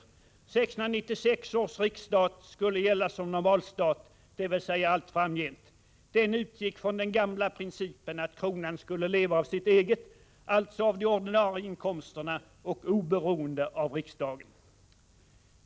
1696 års riksstat skulle gälla som normalstat, dvs. allt framgent. Den utgick från den gamla principen att kronan skulle leva av sitt eget, alltså av de ordinarie inkomsterna och oberoende av riksdagen.